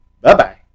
Bye-bye